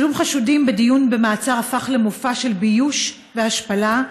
צילום חשודים בדיון במעצר הפך למופע של ביוש והשפלה,